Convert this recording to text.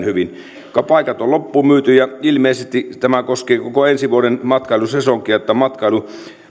hyvin paikat ovat loppuunmyytyjä ilmeisesti tämä koskee koko ensi vuoden matkailusesonkia että